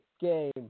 game